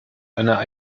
eine